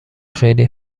خیلی